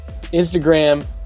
Instagram